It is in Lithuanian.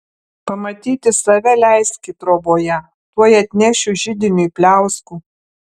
pamatyti save leiski troboje tuoj atnešiu židiniui pliauskų